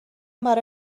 برای